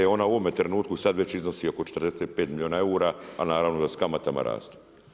Ona u ovome trenutku sada već iznosi oko 45 milijuna eura, a naravno da s kamatama raste.